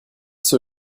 zur